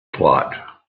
clot